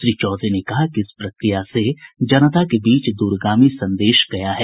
श्री चौधरी ने कह कि इस प्रक्रिया से जनता के बीच दूरगामी संदेश गया है